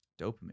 Dopamine